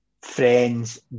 friends